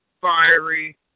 fiery